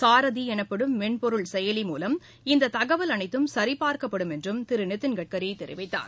சாரதி எனப்படும் மென்பொருள் செயலி மூவம் இந்த தகவல் அனைத்தும் சரிசாா்க்கப்படும் என்றும் திரு நிதின்கட்கரி தெரிவித்தார்